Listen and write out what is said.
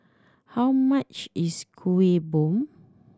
how much is Kuih Bom